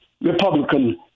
Republican